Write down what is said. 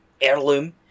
heirloom